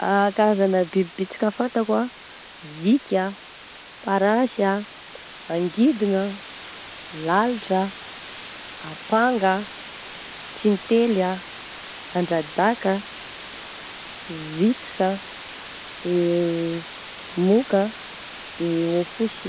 Karazagna biby bitika fantako ah: vinky ah, parasy ah, angidigna, lalitra, apanga, tintely ah, andradaka ah, visika de moka, de hao fosy.